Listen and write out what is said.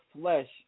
flesh